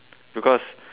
because